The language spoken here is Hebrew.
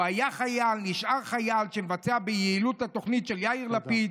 הוא היה חייל ונשאר חייל שמבצע ביעילות את התוכנית של יאיר לפיד,